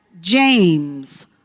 James